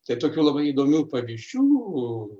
tai tokių labai įdomių pavyzdžių